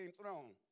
throne